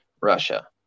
Russia